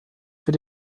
für